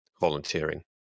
volunteering